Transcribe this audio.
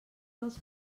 dels